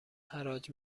حراج